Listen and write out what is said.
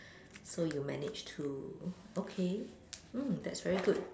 so you managed to okay mm that's very good